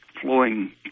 flowing